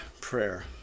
prayer